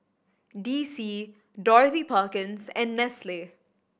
D C Dorothy Perkins and Nestle